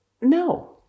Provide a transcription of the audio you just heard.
no